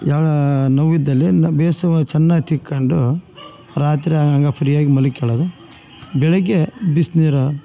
ಯಾವಾಗ ನೋವಿದ್ದಲ್ಲಿ ಬೇಸುವಾಗಿ ಚೆನ್ನಾಗಿ ತಿಕ್ಕೊಂಡು ರಾತ್ರಿ ಹಂಗೆ ಫ್ರೀ ಆಗಿ ಮನಿಕ್ಯಳದು ಬೆಳಗ್ಗೆ ಬಿಸ್ನೀರು